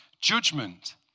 judgment